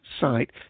site